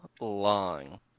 long